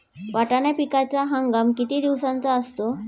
वाटाणा पिकाचा हंगाम किती दिवसांचा असतो?